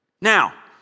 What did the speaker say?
Now